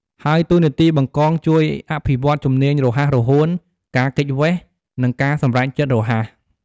ហើយតួនាទីបង្កង ជួយអភិវឌ្ឍជំនាញរហ័សរហួន ការគេចវេះ និងការសម្រេចចិត្តរហ័ស។